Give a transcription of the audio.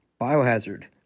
Biohazard